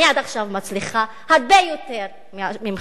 אני עד עכשיו מצליחה הרבה יותר ממך,